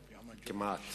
כמעט,